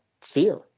fear